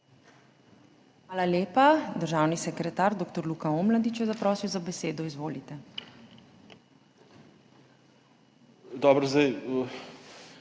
Hvala lepa. Državni sekretar dr. Luka Omladič je zaprosil za besedo. Izvolite. **DR.